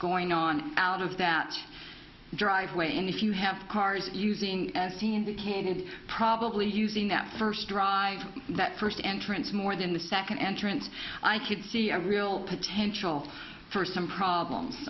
going on out of that driveway and if you have cars using as he indicated probably using that first drive that first entrance more than the second entrance i could see a real potential for some